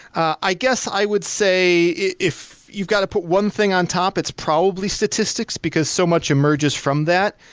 i guess i would say if you've got to put one thing on top, it's probably statistics because so much emerges from that.